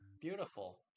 Beautiful